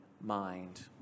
mind